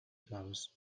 flowers